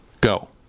Go